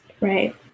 Right